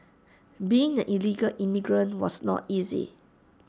being the illegal immigrant was not easy